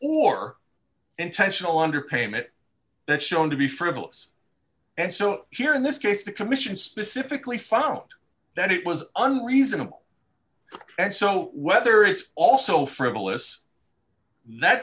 or intentional underpayment that shown to be frivolous and so here in this case the commission specifically found that it was an reasonable and so whether it's also